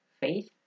faith